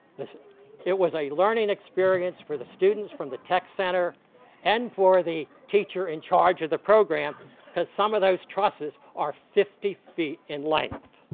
it was a learning experience for the students from the tech center and for the teacher in charge of the program cause some of those trusses are fifty feet in length.